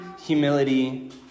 humility